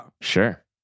sure